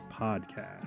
podcast